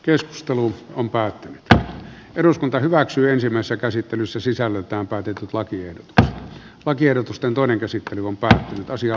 keskustelu on päättänyt eduskunta hyväksyisimmassa käsittelyssä sisällöltään päätetyt lakien lakiehdotusten toinen käsittely on pakkasia